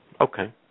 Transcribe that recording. Okay